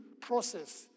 process